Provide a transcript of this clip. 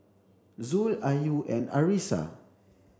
Zul Ayu and Arissa